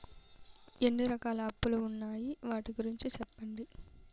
ఎన్ని రకాల అప్పులు ఉన్నాయి? వాటి గురించి సెప్పండి?